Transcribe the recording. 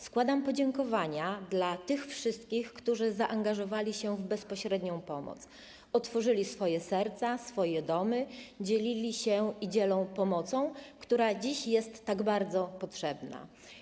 Składam podziękowania tym wszystkim, którzy zaangażowali się w bezpośrednią pomoc, otworzyli swoje serca i domy, dzielili się i dzielą pomocą, która dziś jest tak bardzo potrzebna.